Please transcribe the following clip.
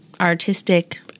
artistic